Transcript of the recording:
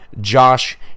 Josh